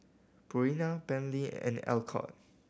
Purina Bentley and Alcott